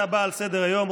על סדר-היום,